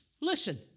Listen